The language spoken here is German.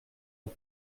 auf